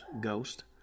ghost